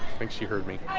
think she heard me